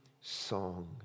song